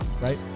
right